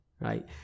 right